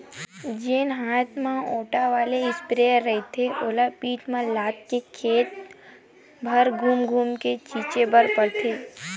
जेन हात म ओटे वाला इस्पेयर रहिथे ओला पीठ म लादके खेत भर धूम धूम के छिते बर परथे